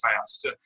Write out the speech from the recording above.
fast